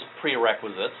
prerequisites